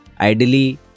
ideally